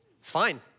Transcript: Fine